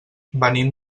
venim